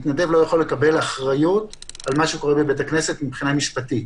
מתנדב לא יכול לקבל אחריות על מה שקורה בבית הכנסת מבחינה משפטית.